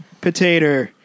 Potato